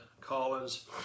Collins